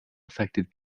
affected